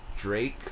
Drake